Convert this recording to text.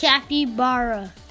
Capybara